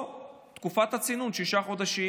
או תקופת צינון של שישה חודשים.